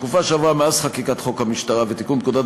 בתקופה שעברה מאז חקיקת חוק המשטרה ותיקון פקודת